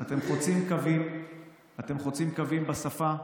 שאתם חוצים קווים בשפה,